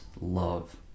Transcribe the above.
love